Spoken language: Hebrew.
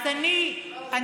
אז אני באמת,